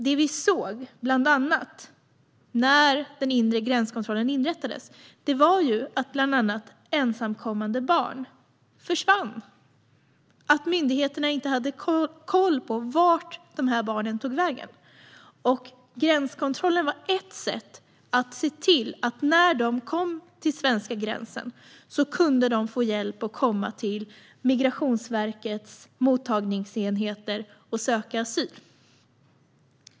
Det som vi bland annat såg när den inre gränskontrollen inrättades var att bland andra ensamkommande barn försvann och att myndigheterna inte hade koll på vart dessa barn tog vägen. Gränskontrollen var ett sätt att se till att dessa barn, när de kom till den svenska gränsen, kunde få hjälp att komma till Migrationsverkets mottagningsenheter och söka asyl.